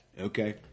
Okay